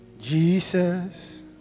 Jesus